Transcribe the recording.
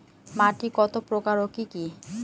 মাটি কত প্রকার ও কি কি?